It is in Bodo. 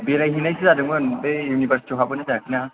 बेराय हैनायसो जादोंमोन बे इउनिभारसिथियाव हाबबोनाय जायाखैना